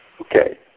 Okay